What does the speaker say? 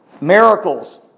Miracles